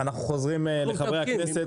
אנחנו חוזרים לחברי הכנסת,